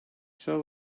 saw